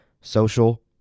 social